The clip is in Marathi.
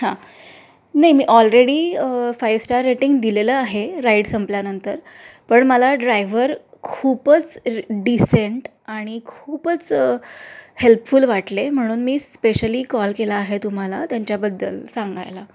हां नाही मी ऑलरेडी फाईव्ह स्टार रेटिंग दिलेलं आहे राईड संपल्यानंतर पण मला ड्रायव्हर खूपच डिसेंट आणि खूपच हेल्पफुल वाटले म्हणून मी स्पेशली कॉल केला आहे तुम्हाला त्यांच्याबद्दल सांगायला